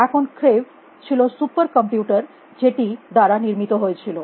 এখন ক্রেভ ছিল super computer যেটি দ্বারা নির্মিত হয়েছিল